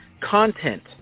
content